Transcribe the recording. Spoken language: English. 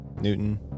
Newton